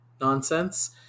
nonsense